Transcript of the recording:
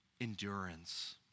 endurance